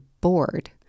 bored